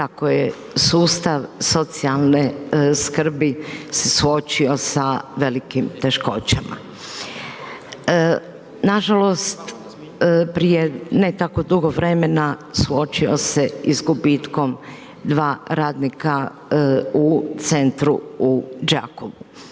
kako je sustav socijalne skrbi se suočio sa velikim teškoćama. Nažalost prije ne tako dugo vremena suočio se i s gubitkom 2 radnika u centru u Đakovu.